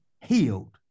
healed